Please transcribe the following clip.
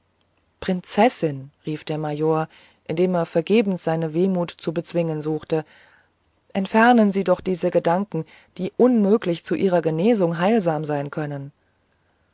prinzessin rief der major indem er vergebens seine wehmut zu bezwingen suchte entfernen sie doch diese gedanken die unmöglich zu ihrer genesung heilsam sein können